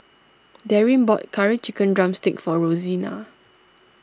Darryn bought Curry Chicken Drumstick for Rosena